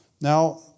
Now